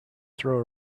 throw